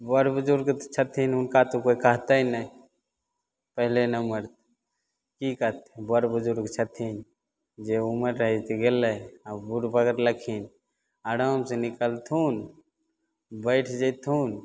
बर बुजुर्ग छथिन हुनका तऽ कोइ कहतइ नहि पहिले नम्बर की कहथिन बर बुजुर्ग छथिन जे उमर रहय तऽ गेलय आब बूढ़ भऽ गेलखिन आरामसँ निकलथुन बैठ जेथुन